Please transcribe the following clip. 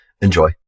Enjoy